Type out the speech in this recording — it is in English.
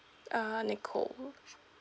uh nicole